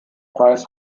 preis